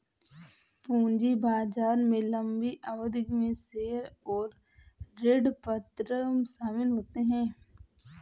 पूंजी बाजार में लम्बी अवधि में शेयर और ऋणपत्र शामिल होते है